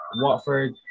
Watford